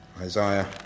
Isaiah